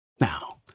Now